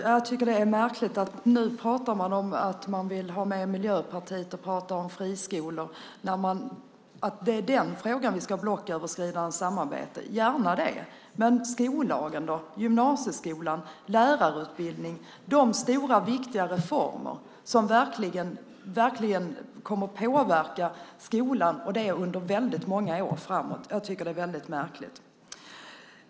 Fru talman! Det är märkligt att man nu pratar om friskolor och att man vill ha med Miljöpartiet, att det är i den frågan som vi ska ha blocköverskridande samarbete. Gärna det! Men skollagen då, gymnasieskolan och lärarutbildningen, de stora och viktiga reformer som verkligen kommer att påverka skolan under väldigt många år framåt? Jag tycker att det är väldigt märkligt.